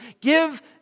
Give